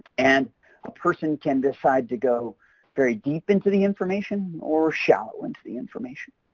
and a person can decide to go very deep into the information or shallow into the information.